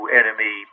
enemy